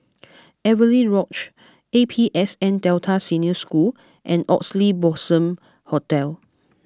Avery Lodge A P S N Delta Senior School and Oxley Blossom Hotel